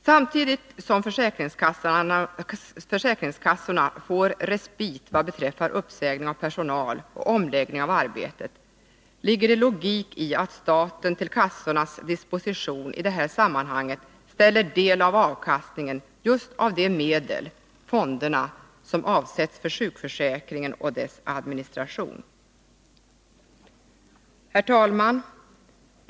Samtidigt som försäkringskassorna får respit vad beträffar uppsägning av personal och omläggning av arbetet ligger det logik i att staten till kassornas disposition i det här sammanhanget ställer del av avkastningen just av de medel, fonderna, som avsetts för sjukförsäkringen och dess administration. Herr talman!